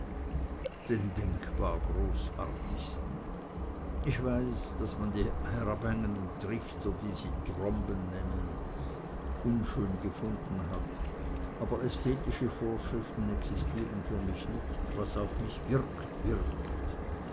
den denkbar großartigsten ich weiß daß man die herabhängenden trichter die sie tromben nennen unschön gefunden hat aber ästhetische vorschriften existieren für mich nicht was auf mich wirkt wirkt